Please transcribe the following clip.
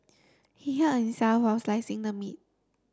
he hurt himself while slicing the meat